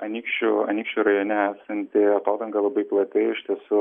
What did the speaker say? anykščių anykščių rajone esanti atodanga labai plati iš tiesų